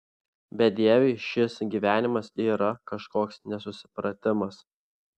bedieviui šis gyvenimas yra kažkoks nesusipratimas